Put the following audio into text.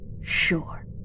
Sure